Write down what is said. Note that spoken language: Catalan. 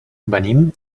venim